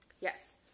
Yes